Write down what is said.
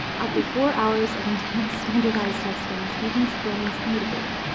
after four hours of intense standardized testing, students' brains need a break.